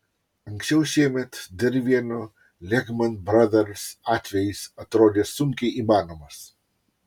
anksčiau šiemet dar vieno lehman brothers atvejis atrodė sunkiai įmanomas